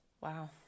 Wow